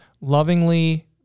lovingly